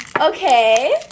Okay